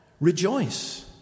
Rejoice